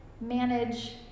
manage